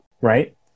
right